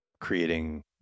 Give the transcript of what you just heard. creating